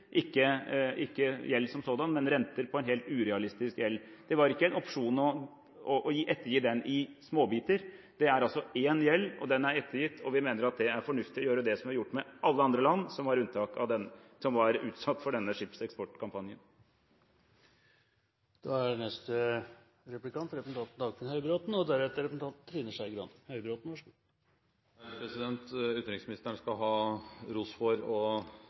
ikke gjeld som sådan, men renter på en helt urealistisk gjeld. Det var ikke en opsjon å ettergi den i småbiter. Det er altså én gjeld, og den er ettergitt. Vi mener at det er fornuftig å gjøre det som vi har gjort med alle andre land som var utsatt for denne skipseksportkampanjen. Utenriksministeren skal ha ros for å legge vekt på den verdibaserte utenrikspolitikken. Det er